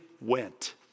went